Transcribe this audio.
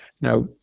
Now